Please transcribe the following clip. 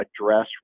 address